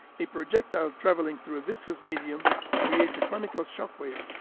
a projectile traveling through a viscous medium creates a conical shock wave,